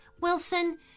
Wilson